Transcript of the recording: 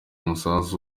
umusanzu